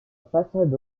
façade